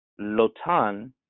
Lotan